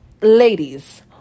Ladies